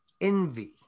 envy